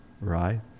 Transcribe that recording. right